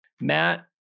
Matt